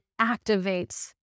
activates